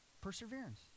perseverance